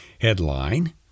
Headline